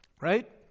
right